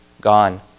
gone